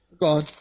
gone